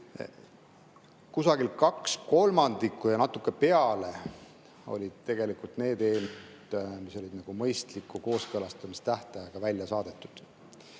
Kusagil kaks kolmandikku ja natuke peale oli neid eelnõusid, mis olid mõistliku kooskõlastamise tähtajaga välja saadetud,